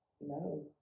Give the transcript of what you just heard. No